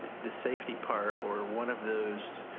the safety part or one of those